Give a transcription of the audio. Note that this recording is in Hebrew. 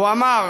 והוא אמר,